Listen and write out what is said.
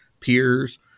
peers